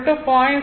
R 0